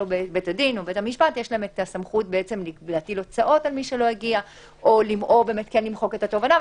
בית הדין יש הסמכות להטיל הוצאות על מי שלא הגיע או למחוק את התובענה,